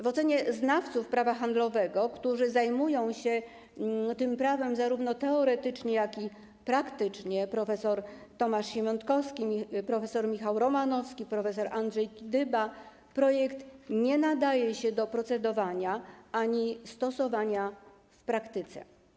W ocenie znawców prawa handlowego, którzy zajmują się tym prawem zarówno teoretycznie, jak i praktycznie, takich jak prof. Tomasz Siemiątkowski, prof. Michał Romanowski i prof. Andrzej Kidyba, projekt nie nadaje się do procedowania ani stosowania w praktyce.